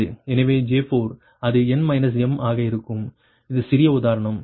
எனவே J4 அது n m ஆக இருக்கும் இது சிறிய உதாரணம் n m 1